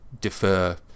defer